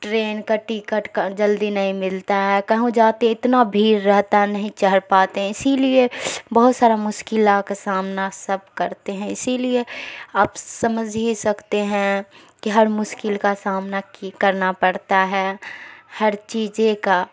train کا ticket کا جلدی نہیں ملتا ہے کہوں جا کے اتنا بھیڑ رہتا نہیں چڑھ پاتے ہیں اسی لیے بہت سارا مشکلوں کا سامنا سب کرتے ہیں اسی لیے آپ سمجھ ہی سکتے ہیں کہ ہر مشکل کا سامنا کی کرنا پڑتا ہے ہر چیز کا